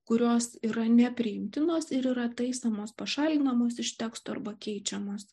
kurios yra nepriimtinos ir yra taisomos pašalinamos iš teksto arba keičiamos